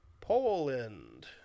Poland